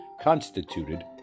constituted